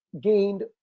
gained